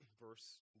verse